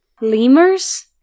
Lemurs